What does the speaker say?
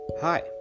Hi